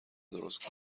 درست